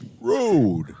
Road